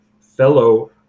fellow